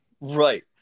Right